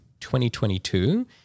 2022